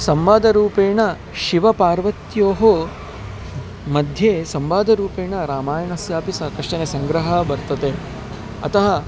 संवादरूपेण शिवपार्वत्योर्मध्ये संवादरूपेण रामायणस्यापि स कश्चनः सङ्ग्रहः वर्तते अतः